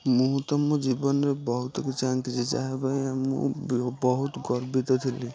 ମୁଁ ତ ମୋ ଜୀବନ ରେ ବହୁତ କିଛି ଆଙ୍କିଛି ଯାହା ପାଇଁ ମୁଁ ବହୁତ ଗର୍ବିତ ଥିଲି